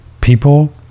people